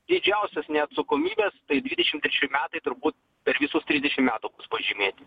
didžiausios neatsakomybės tai dvidešimt treči metai turbūt per visus trisdešim metų bus pažymėti